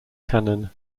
canon